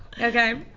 Okay